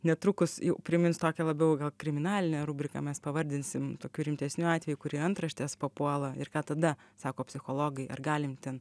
netrukus jau primins tokią labiau kriminalinę rubriką mes pavardinsim tokių rimtesnių atvejų kur į antraštes papuola ir ką tada sako psichologai ar galim ten